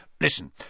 Listen